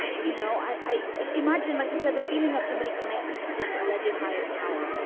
you know, i imagine, like you said, the feeling of somebody connecting to some alleged higher power.